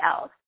else